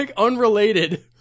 unrelated